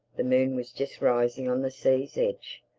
the moon was just rising on the sea's edge.